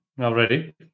already